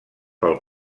pel